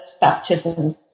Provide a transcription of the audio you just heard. baptisms